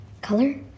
Color